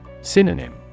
Synonym